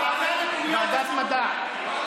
תעמוד במילה.